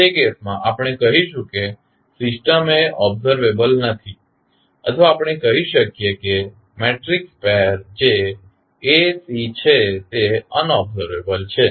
તે કેસમાં આપણે કહીશું કે સિસ્ટમ એ ઓબ્ઝર્વેબલ નથી અથવા આપણે કહી શકીએ છીએ કે મેટ્રિક્સ પેર જે A C છે તે અનઓબ્ઝર્વેબલ છે